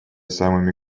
самыми